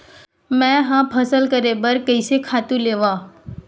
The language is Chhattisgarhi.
मैं ह फसल करे बर कइसन खातु लेवां?